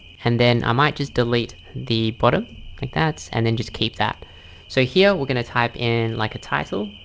and then i might just delete the bottom like that's and then just keep that so here we're gonna type in like a title.